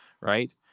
right